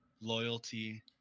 loyalty